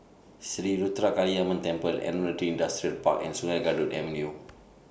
Sri Ruthra Kaliamman Temple Admiralty Industrial Park and Sungei Kadut Avenue